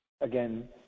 Again